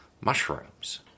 Mushrooms